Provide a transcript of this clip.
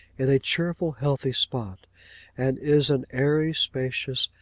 in a cheerful healthy spot and is an airy, spacious,